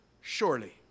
surely